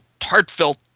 heartfelt